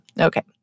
Okay